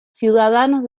ciudadanos